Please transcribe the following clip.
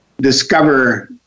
discover